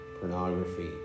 pornography